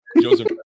Joseph